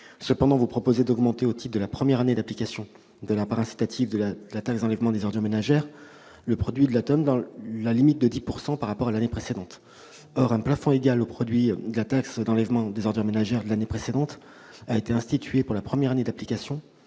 amendements proposent d'augmenter, au titre de la première année d'application de la part incitative de la taxe d'enlèvement des ordures ménagères, le produit de cette taxe dans la limite de 10 % par rapport à l'année précédente. Or un plafond égal au produit de la taxe de l'année précédente a été institué pour la première année d'application,